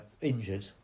injured